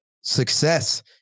success